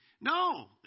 No